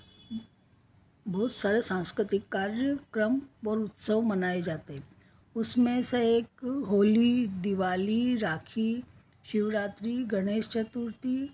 बहुत सारे सांस्कृतिक कार्यक्रम और उत्सव मनाए जाते हैं उसमें से एक होली दिवाली राखी शिवरात्री गणेश चतुर्थी